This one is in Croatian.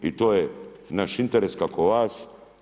I to je naš interes kako vas.